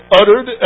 uttered